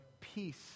peace